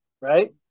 right